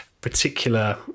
particular